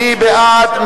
מי בעד?